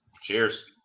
Cheers